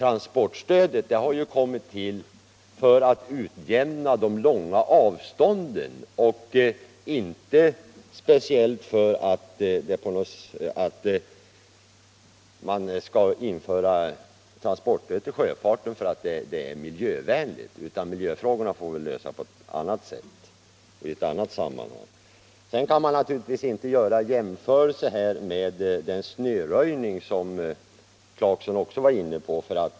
Transportstödet har kommit till för att utjämna verkningarna av de långa avstånden och inte därför att sjötransporterna är miljövänliga. Sedan kan man naturligtvis inte göra en jämförelse med snöröjningen.